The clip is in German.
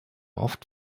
oft